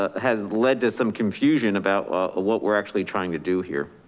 ah has led to some confusion about what we're actually trying to do here.